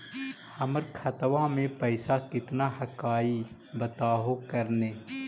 हमर खतवा में पैसा कितना हकाई बताहो करने?